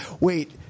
wait